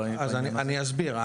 אני אסביר,